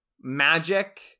magic